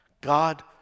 God